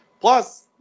Plus